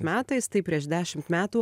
metais tai prieš dešimt metų